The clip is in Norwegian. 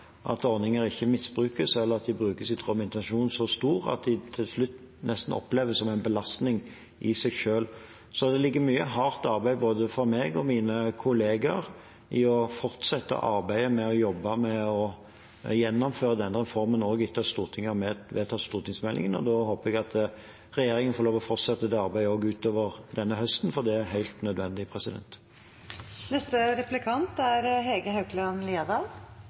at ordninger ikke misbrukes, eller at de brukes i tråd med intensjonen, så stor at de til slutt nesten oppleves som en belastning i seg selv. Det ligger mye hardt arbeid fra både meg og mine kollegaer med å fortsette arbeidet for å gjennomføre denne reformen også etter at Stortinget har vedtatt stortingsmeldingen. Da håper jeg at regjeringen får lov til å fortsette det arbeidet også utover denne høsten, for det er helt nødvendig. Forslagene til lovendringer er